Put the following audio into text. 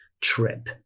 trip